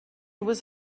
was